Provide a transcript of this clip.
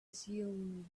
assume